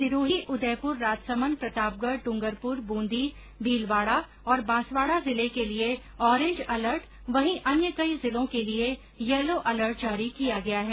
सिरोही उदयपुर राजसमंद प्रतापगढ ड्रंगरपुर ब्रंदी भीलवाडा और बांसवाडा जिले के लिए ऑरेंज अलर्ट वहीं अन्य कई जिलों के लिए येलो अलर्ट जारी किया गया है